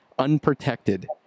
unprotected